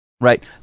right